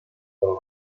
del